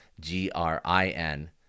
G-R-I-N